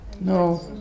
No